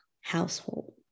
household